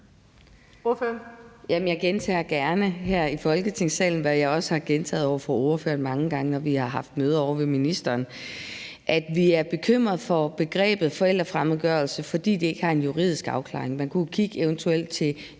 Jeg gentager gerne her i Folketingssalen, hvad jeg også har gentaget over for ordføreren mange gange, når vi har haft møder ovre ved ministeren, at vi er bekymrede for begrebet forældrefremmedgørelse, fordi det ikke har en juridisk afklaring. Man kunne jo eventuelt